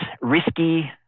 risky